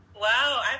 Wow